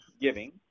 giving